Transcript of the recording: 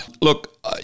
Look